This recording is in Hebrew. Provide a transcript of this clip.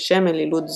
בשם אלילות זו,